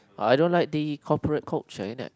I don't like the corporate culture in